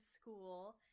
school